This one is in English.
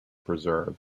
preserved